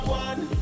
one